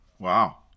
Wow